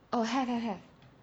oh have have have